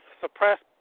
suppressed